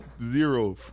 Zero